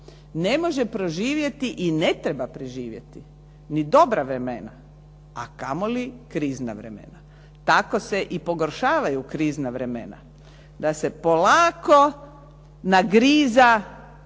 ne može proživjeti i ne treba preživjeti ni dobra vremena a kamoli krizna vremena. Tako se i pogoršavaju krizna vremena, da se polako nagriza proračun,